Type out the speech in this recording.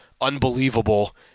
unbelievable